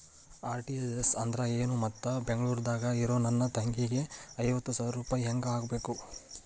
RTGS ಅಂದ್ರ ಏನು ಮತ್ತ ಬೆಂಗಳೂರದಾಗ್ ಇರೋ ನನ್ನ ತಂಗಿಗೆ ಐವತ್ತು ಸಾವಿರ ರೂಪಾಯಿ ಹೆಂಗ್ ಹಾಕಬೇಕು?